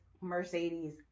Mercedes